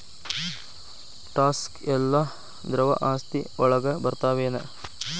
Stocks ಯೆಲ್ಲಾ ದ್ರವ ಆಸ್ತಿ ವಳಗ್ ಬರ್ತಾವೆನ?